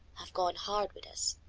have gone hard with us.